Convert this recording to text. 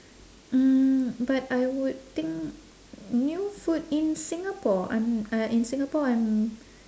mm but I would think new food in singapore I'm uh in singapore I'm